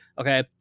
Okay